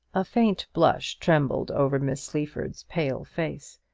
a faint blush trembled over miss sleaford's pale face.